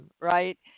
right